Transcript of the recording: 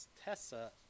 Tessa